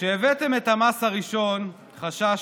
כשהבאתם את המס הראשון, חששתי.